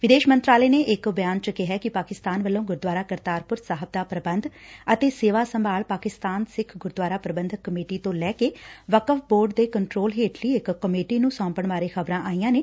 ਵਿਦੇਸ਼ ਮੰਤਰਾਲੇ ਨੇ ਇਕ ਬਿਆਨ ਚ ਕਿਹੈ ਕਿ ਪਾਕਿਸਤਾਨ ਵੱਲੋ ਗੁਰਦੁਆਰਾ ਕਰਤਾਰਪੁਰ ਸਾਹਿਬ ਦਾ ਪੂਬੰਧ ਅਤੇ ਸੇਵਾ ਸੰਭਾਲ ਪਾਕਿਸਤਾਨ ਸਿੱਖ ਗੁਰਦੁਆਰਾ ਪੂਬੰਧਕ ਕਮੇਟੀ ਤੋਂ ਲੈ ਕੇ ਵਕਫ਼ ਬੋਰਡ ਦੇ ਕੰਟਰੋਲ ਹੇਠਲੀ ਇਕ ਕਮੇਟੀ ਨੂੰ ਸੌਂਪਣ ਬਾਰੇ ਖ਼ਬਰਾਂ ਆਈਆਂ ਨੇ